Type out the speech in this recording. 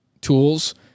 tools